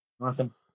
Awesome